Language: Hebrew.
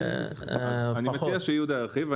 אני מציע שיהודה ירחיב.